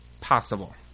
Possible